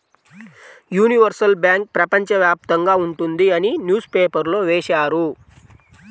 universal bank ప్రపంచ వ్యాప్తంగా ఉంటుంది అని న్యూస్ పేపర్లో వేశారు